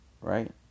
right